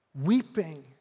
weeping